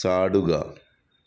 ചാടുക